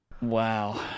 Wow